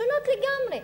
שונות לגמרי.